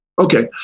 okay